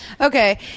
Okay